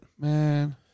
Man